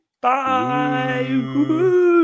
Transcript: Bye